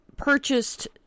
Purchased